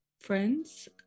Friends